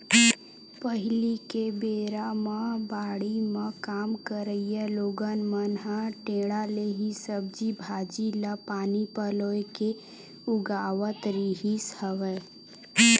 पहिली के बेरा म बाड़ी म काम करइया लोगन मन ह टेंड़ा ले ही सब्जी भांजी ल पानी पलोय के उगावत रिहिस हवय